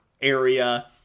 area